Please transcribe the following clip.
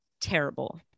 Terrible